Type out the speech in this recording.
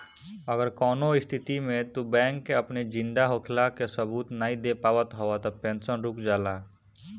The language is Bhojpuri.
अगर कवनो स्थिति में तू बैंक के अपनी जिंदा होखला कअ सबूत नाइ दे पावत हवअ तअ पेंशन रुक जाला